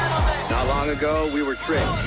not long ago we were tricked.